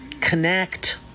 Connect